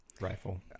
Rifle